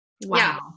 Wow